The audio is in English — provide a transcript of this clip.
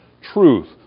truth